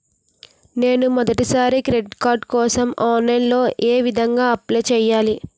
నేను మొదటిసారి credit card కోసం ఆన్లైన్ లో ఏ విధంగా అప్లై చేయాలి?